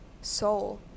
Soul